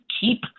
keep